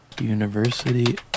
university